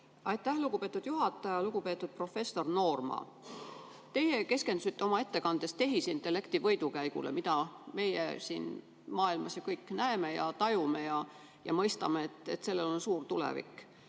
Aitäh, lugupeetud juhataja! Lugupeetud professor Noorma! Teie keskendusite oma ettekandes tehisintellekti võidukäigule, mida meie siin maailmas kõik näeme ja tajume ning me mõistame, et sellel on suur tulevik.